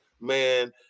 man